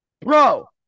Bro